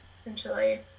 essentially